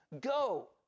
go